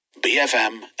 BFM